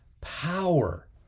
power